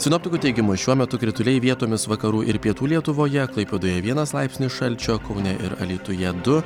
sinoptikų teigimu šiuo metu krituliai vietomis vakarų ir pietų lietuvoje klaipėdoje vienas laipsnis šalčio kaune ir alytuje du